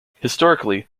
historically